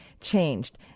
changed